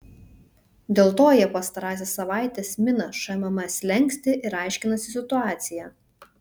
dėl to jie pastarąsias savaites mina šmm slenkstį ir aiškinasi situaciją